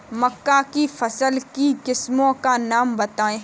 मक्का की फसल की किस्मों का नाम बताइये